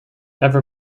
never